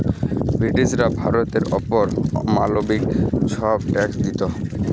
ব্রিটিশরা ভারতের অপর অমালবিক ছব ট্যাক্স দিত